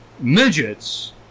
Midgets